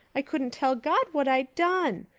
i couldn't tell god what i'd done.